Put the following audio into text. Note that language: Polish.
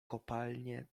kopalnie